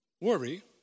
worry